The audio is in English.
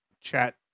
chat